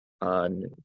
on